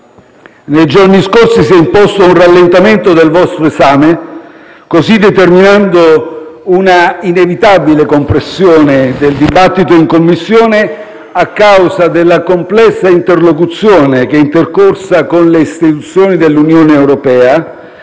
Nei giorni scorsi, si è imposto un rallentamento del vostro esame, così determinando una inevitabile compressione del dibattito in Commissione a causa della complessa interlocuzione che è intercorsa con l'estensione dell'Unione europea,